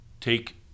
take